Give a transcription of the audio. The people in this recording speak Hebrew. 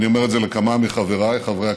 אני אומר את זה לכמה מחבריי חברי הכנסת,